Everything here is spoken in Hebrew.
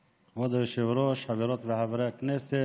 היושב-ראש, חברות וחברי הכנסת,